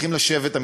צריכים לשבת,